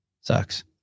Sucks